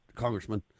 Congressman